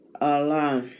Allah